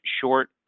short